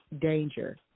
danger